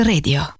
Radio